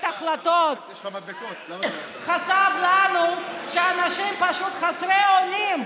החלטות; חשף לנו שאנשים פשוט חסרי אונים.